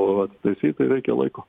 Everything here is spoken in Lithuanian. o atitaisyt tai reikia laiko